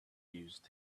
used